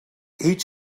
each